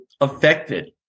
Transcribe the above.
affected